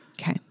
Okay